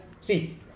See